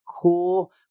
cool